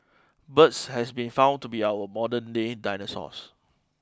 birds has been found to be our modern day dinosaurs